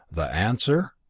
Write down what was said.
the answer?